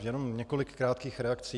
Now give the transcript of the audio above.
Jenom několik krátkých reakcí.